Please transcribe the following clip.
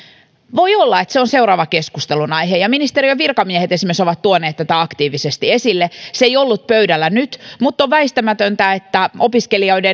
voi olla että se on seuraava keskustelun aihe ja esimerkiksi ministeriön virkamiehet ovat tuoneet tätä aktiivisesti esille se ei ollut pöydällä nyt mutta on väistämätöntä että